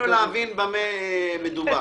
בסך-הכול רצינו להבין במה מדובר.